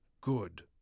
Good